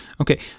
Okay